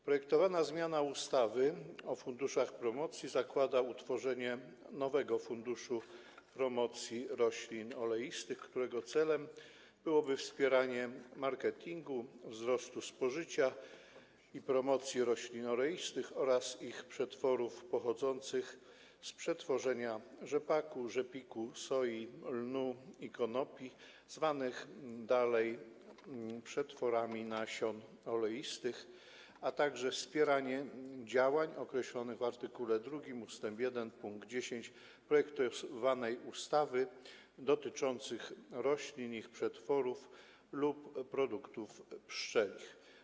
Projektowana zmiana ustawy o funduszach promocji zakłada utworzenie nowego Funduszu Promocji Roślin Oleistych, którego celem byłoby wspieranie marketingu, wzrostu spożycia i promocji roślin oleistych oraz ich przetworów pochodzących z przetworzenia rzepaku, rzepiku, soi, lnu i konopi, zwanych dalej przetworami nasion oleistych, a także wspieranie działań określonych w art. 2 ust. 1 pkt 10 projektu ustawy, dotyczących roślin, ich przetworów lub produktów pszczelich.